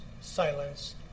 silence